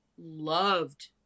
loved